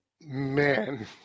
man